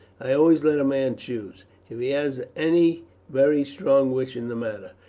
i always let a man choose, if he has any very strong wish in the matter,